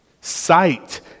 Sight